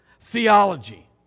theology